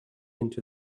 into